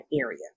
area